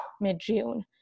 mid-June